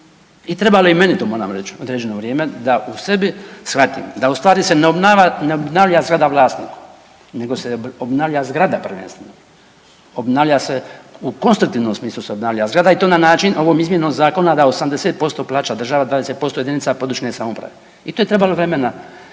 I trebalo je to i meni moram reći određeno vrijeme da u sebi shvatim da u stvari se ne obnavlja zgrada vlasnika, nego se obnavlja zgrada prvenstveno, obnavlja se u konstruktivnom smislu se obnavlja zgrada i to na način ovom izmjenom zakona da 80% plaća država, 20% jedinica područne samouprave. I to je trebalo vremena